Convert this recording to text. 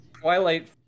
Twilight